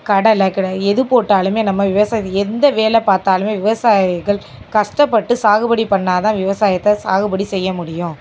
கடலை கிடல எது போட்டாலும் நம்ம விவசாயத்தை எந்த வேலை பார்த்தாலுமே விவசாயிகள் கஷ்டப்பட்டு சாகுபடி பண்ணால் தான் விவசாயத்தை சாகுபடி செய்ய முடியும்